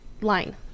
line